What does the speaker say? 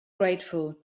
grateful